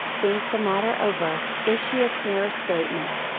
think the matter over, issue a clearer statement.